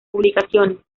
publicaciones